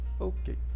okay